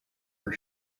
for